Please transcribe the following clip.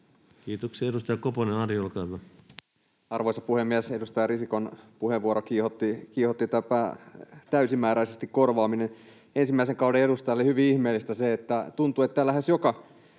Kiitoksia. — Edustaja Koponen, Ari, olkaa hyvä. Arvoisa puhemies! Edustaja Risikon puheenvuorossa kiihotti tämä täysimääräisesti korvaaminen. Ensimmäisen kauden edustajalle on hyvin ihmeellistä se, että tuntuu, että täällä lähes joka